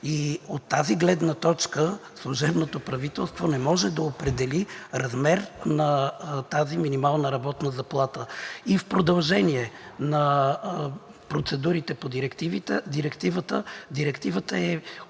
От тази гледна точка служебното правителство не може да определи размер на тази минимална работна заплата. В продължение на процедурите по Директивата тя е